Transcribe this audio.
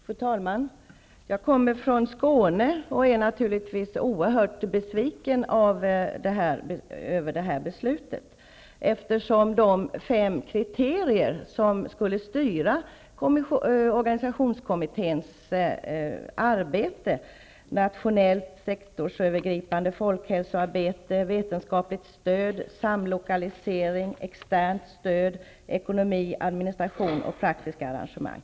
Fru talman! Jag kommer från Skåne och är naturligtvis oerhört besviken över det beslut som har fattats. Jag tänker på de kriterier som skulle styra organisationskommitténs arbete -- nationellt sektorsövergripande folkhälsoarbete, vetenskapligt stöd, samlokalisering, externt stöd, ekonomi, administration och praktiska arrangemang.